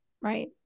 Right